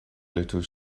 little